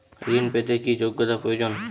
ঋণ পেতে কি যোগ্যতা প্রয়োজন?